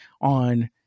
on